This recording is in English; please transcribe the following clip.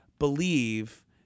Believe